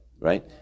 right